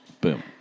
Boom